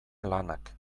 lanak